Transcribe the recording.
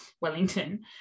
Wellington